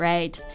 Right